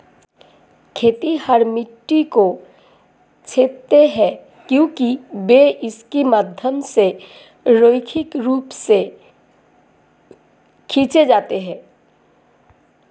खेतिहर मिट्टी को छेदते हैं क्योंकि वे इसके माध्यम से रैखिक रूप से खींचे जाते हैं